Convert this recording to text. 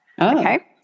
okay